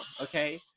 okay